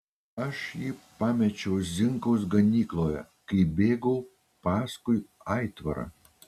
aš jį pamečiau zinkaus ganykloje kai bėgau paskui aitvarą